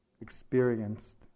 experienced